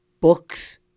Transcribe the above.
books